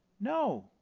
No